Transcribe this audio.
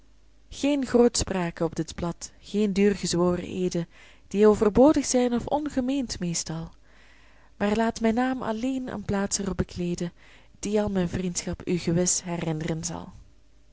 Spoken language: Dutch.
geen grootspraak op dit blad geen duurgezworen eeden die overbodig zijn of ongemeend meestal maar laat mijn naam alleen een plaats er op bekleeden die al mijn vriendschap u gewis herin'ren zal